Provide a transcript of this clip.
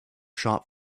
shop